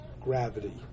gravity